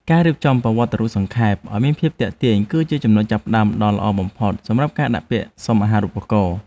ការរៀបចំប្រវត្តិរូបសង្ខេបឱ្យមានភាពទាក់ទាញគឺជាចំណុចចាប់ផ្តើមដ៏ល្អបំផុតសម្រាប់ការដាក់ពាក្យសុំអាហារូបករណ៍។